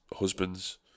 husbands